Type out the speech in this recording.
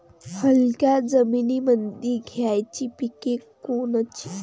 हलक्या जमीनीमंदी घ्यायची पिके कोनची?